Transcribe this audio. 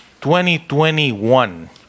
2021